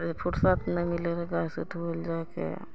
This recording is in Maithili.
कहियो फुरसत नहि मिलै रहै गैैस उठबै लए जाके